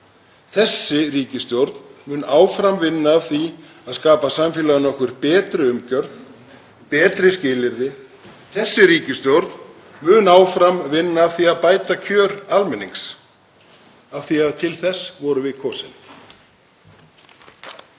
Þessi ríkisstjórn mun áfram vinna að því að skapa samfélaginu okkar betri umgjörð, betri skilyrði. Þessi ríkisstjórn mun áfram vinna að því að bæta kjör almennings af því að til þess vorum við kosin.